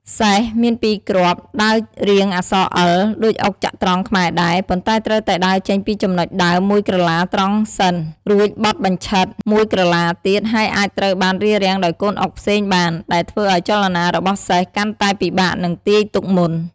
សេះ មានពីរគ្រាប់ ដើររាងអក្សរអិល ដូចអុកចត្រង្គខ្មែរដែរ ប៉ុន្តែត្រូវតែដើរចេញពីចំណុចដើមមួយក្រឡាត្រង់សិន រួចបត់បញ្ឆិតមួយក្រឡាទៀត ហើយអាចត្រូវបានរារាំងដោយកូនអុកផ្សេងបាន ដែលធ្វើឱ្យចលនារបស់សេះកាន់តែពិបាកនឹងទាយទុកមុន។